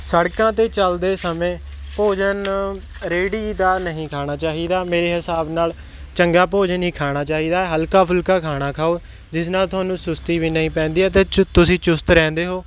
ਸੜਕਾਂ 'ਤੇ ਚੱਲਦੇ ਸਮੇਂ ਭੋਜਨ ਰੇਹੜੀ ਦਾ ਨਹੀਂ ਖਾਣਾ ਚਾਹੀਦਾ ਮੇਰੇ ਹਿਸਾਬ ਨਾਲ ਚੰਗਾ ਭੋਜਨ ਹੀ ਖਾਣਾ ਚਾਹੀਦਾ ਹਲਕਾ ਫੁਲਕਾ ਖਾਣਾ ਖਾਓ ਜਿਸ ਨਾਲ ਤੁਹਾਨੂੰ ਸੁਸਤੀ ਵੀ ਨਹੀਂ ਪੈਂਦੀ ਅਤੇ ਚੁ ਤੁਸੀਂ ਚੁਸਤ ਰਹਿੰਦੇ ਹੋ